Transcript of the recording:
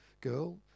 girl